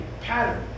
pattern